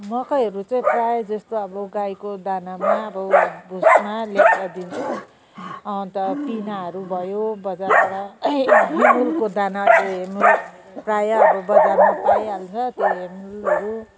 मकैहरू चाहिँ प्रायः जस्तो अब गाईको दानामा अब भुसमा ल्याएर दिन्छौँ अन्त पिनाहरू भयो बजारबाट प्रायः अब बजारमा पाइहाल्छ त्यो हेर्नु